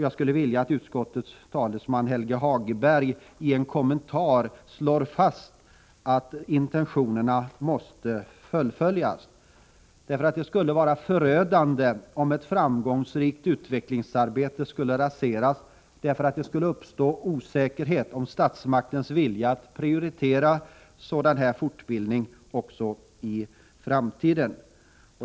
Jag skulle vilja att utskottets talesman Helge Hagberg i en kommentar slår fast att intentionerna måste fullföljas. Det vore förödande om ett framgångsrikt utvecklingsarbete skulle raseras, därför att det uppstår osäkerhet om statsmaktens vilja att prioritera sådan här fortbildning i framtiden.